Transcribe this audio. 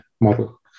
model